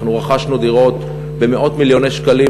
אנחנו רכשנו דירות במאות מיליוני שקלים,